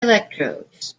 electrodes